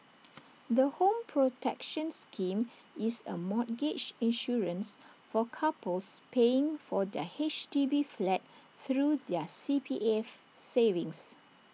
the home protection scheme is A mortgage insurance for couples paying for their H D B flat through their C P F savings